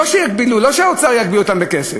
לא יגבילו, האוצר לא יגביל אותם בכסף,